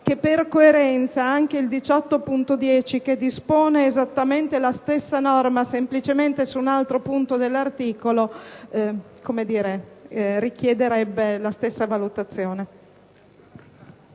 che, per coerenza, anche il 18.10, che dispone esattamente la stessa norma su un altro punto dell'articolo, richiederebbe analoga valutazione.